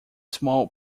small